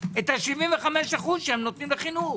את ה-75% שהם נותנים לחינוך